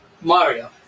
Mario